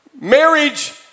Marriage